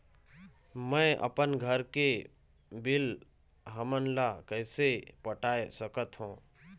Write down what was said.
मैं अपन घर के बिल हमन ला कैसे पटाए सकत हो?